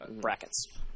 brackets